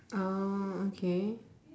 oh okay